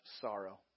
sorrow